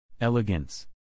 Elegance